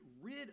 rid